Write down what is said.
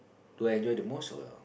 do I enjoy the most or